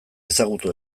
ezagutu